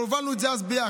הובלנו את זה אז ביחד,